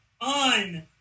on